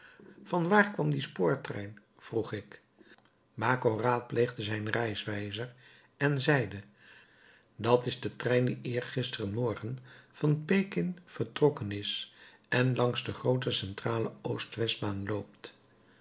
vanwaar kwam die spoortrein vroeg ik baco raadpleegde zijn reiswijzer en zeide dat is de trein die eergisteren morgen van pekin vertrokken is en langs de groote centrale oostwestbaan loopt